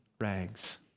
rags